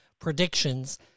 predictions